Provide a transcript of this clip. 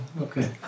okay